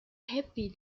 happy